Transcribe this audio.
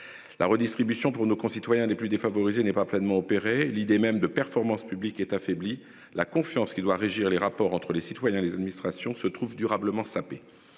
La redistribution pour nos concitoyens les plus défavorisés n'est pas pleinement opéré l'idée même de performance publique est affaibli la confiance qui doit régir les rapports entre les citoyens, les administrations se trouve durablement sapé